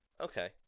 Okay